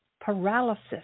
paralysis